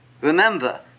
remember